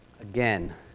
again